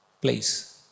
place